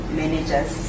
managers